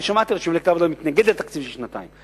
אני שמעתי שמפלגת העבודה מתנגדת לתקציב של שנתיים,